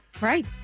Right